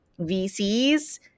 VCs